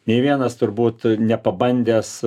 nei vienas turbūt nepabandęs